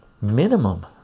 minimum